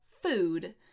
food